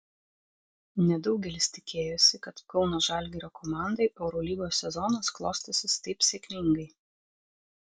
nedaugelis tikėjosi kad kauno žalgirio komandai eurolygos sezonas klostysis taip sėkmingai